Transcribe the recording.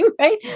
Right